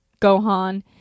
Gohan